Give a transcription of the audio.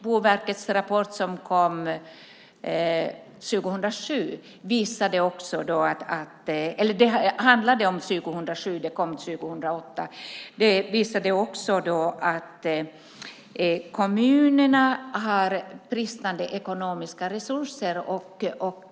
Boverkets rapport, som handlade om 2007 och kom 2008, visade också att kommunerna har bristande ekonomiska resurser.